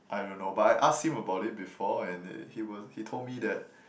I don't know but I asked him about it before and he was he told me that